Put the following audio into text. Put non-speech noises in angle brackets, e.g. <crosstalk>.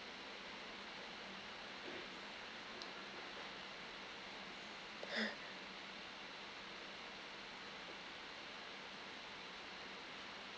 <laughs>